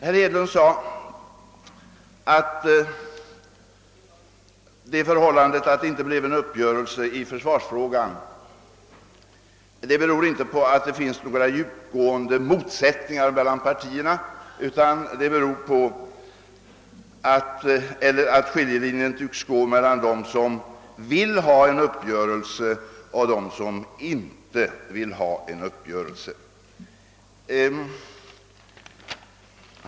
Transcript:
Herr Hedlund sade att det förhållandet att någon uppgörelse inte kunde träffas i försvarsfrågan inte beror på att det finns några djupgående motsättningar mellan partierna, utan det beror på att skiljelinjen tycks gå mellan dem som vill ha en uppgörelse och dem som inte vill det.